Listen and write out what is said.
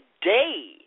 day